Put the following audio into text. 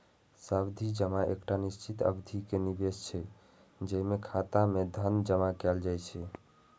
सावधि जमा एकटा निश्चित अवधि के निवेश छियै, जेमे खाता मे धन जमा कैल जाइ छै